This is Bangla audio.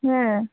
হ্যাঁ